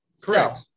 Correct